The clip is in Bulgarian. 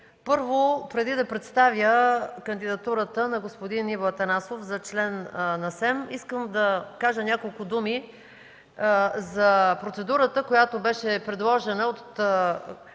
Първо, преди да представя кандидатурата на господин Иво Атанасов за член на СЕМ, искам да кажа няколко думи за процедурата, която беше предложена от